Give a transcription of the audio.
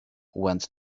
went